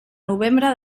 novembre